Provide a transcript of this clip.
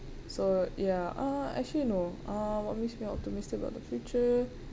so ya uh actually no uh what makes me optimistic about the future